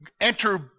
Enter